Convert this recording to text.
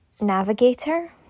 navigator